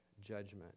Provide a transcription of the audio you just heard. judgment